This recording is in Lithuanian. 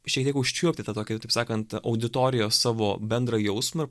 šiek tiek užčiuopti tą tokį taip sakant auditorijos savo bendrą jausmą